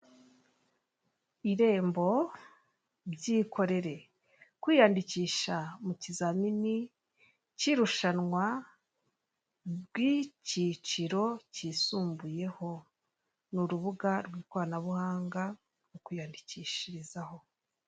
Irembo, byikorere. Kwiyandikisha mu kizamini cy'irushanwa rw'icyiciro cyisumbuyeho. Ni urubuga rw'ikoranabuhanga mu kuyandikishirizaho.